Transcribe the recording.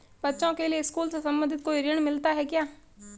बच्चों के लिए स्कूल से संबंधित कोई ऋण मिलता है क्या?